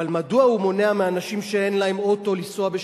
אבל מדוע הוא מונע מאנשים שאין להם אוטו לנסוע בשבת?